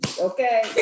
okay